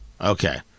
Okay